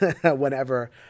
whenever